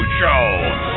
show